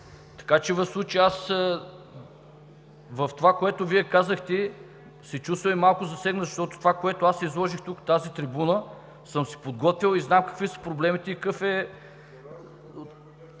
Така че в случая от това, което Вие казахте, се чувствам и малко засегнат, защото това, което аз изложих тук, от тази трибуна, съм си го подготвил и знам какви са проблемите и какъв е…